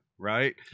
right